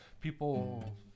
people